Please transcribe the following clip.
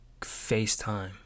FaceTime